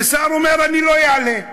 ושר אומר: אני לא אעלה.